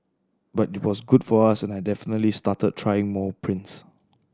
but it was good for us and I definitely started trying more prints